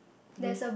with